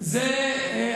זה נקרא אנטישמי?